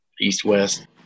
east-west